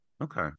Okay